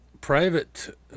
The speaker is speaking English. private